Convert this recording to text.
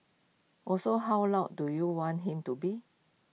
also how loud do you want him to be